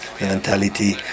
mentality